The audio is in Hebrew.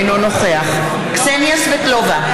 אינו נוכח קסניה סבטלובה,